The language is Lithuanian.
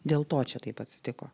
dėl to čia taip atsitiko